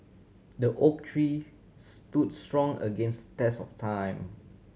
the oak tree stood strong against test of time